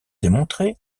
démontré